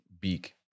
beak